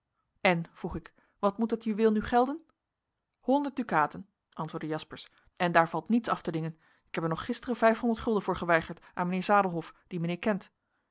en vroeg ik wat moet dat juweel nu gelden honderd dukaten antwoordde jaspersz en daar valt niets af te dingen ik heb er nog gisteren vijfhonderd gulden voor geweigerd aan mijnheer zadelhoff dien mijnheer kent